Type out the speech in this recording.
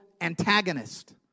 antagonist